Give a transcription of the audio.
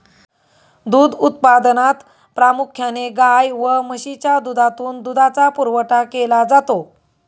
दूध उत्पादनात प्रामुख्याने गाय व म्हशीच्या दुधातून दुधाचा पुरवठा केला जातो